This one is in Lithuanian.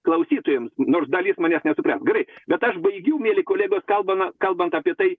klausytojams nors dalis manes nesupres gerai bet aš baigiu mieli kolegos kalbama kalbant apie tai